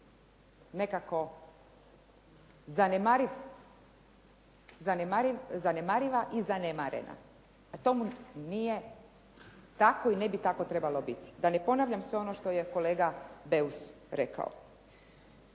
nekako zanemariva i zanemarena a tomu nije tako i ne bi tako trebalo biti, da ne ponavljam sve ono što je kolega Beus rekao.